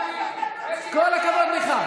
כל הכבוד לך.